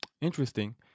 Interesting